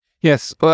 Yes